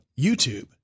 YouTube